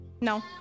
No